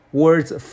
words